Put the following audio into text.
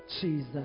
Jesus